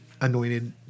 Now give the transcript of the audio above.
anointed